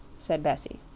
said bessie.